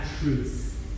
truth